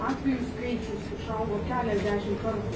atvejų skaičius išaugo keliasdešimt kartų